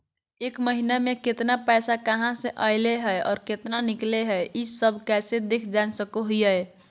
एक महीना में केतना पैसा कहा से अयले है और केतना निकले हैं, ई सब कैसे देख जान सको हियय?